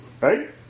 right